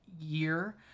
year